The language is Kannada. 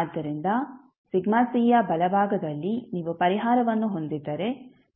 ಆದ್ದರಿಂದ ಯ ಬಲಭಾಗದಲ್ಲಿ ನೀವು ಪರಿಹಾರವನ್ನು ಹೊಂದಿದ್ದರೆ